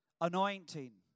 anointing